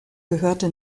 gehörte